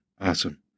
Awesome